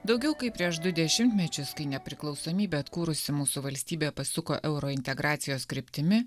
daugiau kaip prieš du dešimtmečius kai nepriklausomybę atkūrusi mūsų valstybė pasuko eurointegracijos kryptimi